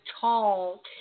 tall